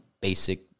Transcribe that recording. Basic